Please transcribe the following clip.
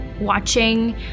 watching